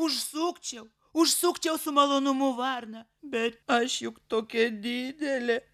užsukčiau užsukčiau su malonumu varna bet aš juk tokia didelė